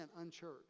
unchurched